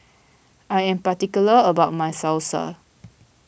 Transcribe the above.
I am particular about my Salsa